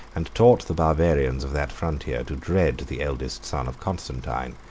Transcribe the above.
and taught the barbarians of that frontier to dread the eldest son of constantine,